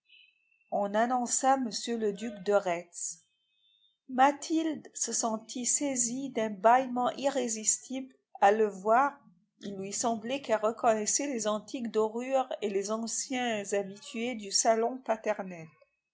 on annonça m le duc de retz mathilde se sentit saisie d'un bâillement irrésistible à le voir il lui semblait qu'elle reconnaissait les antiques dorures et les anciens habitués du salon paternel